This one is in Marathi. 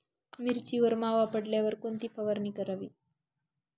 मिरचीवर मावा पडल्यावर कोणती फवारणी करावी?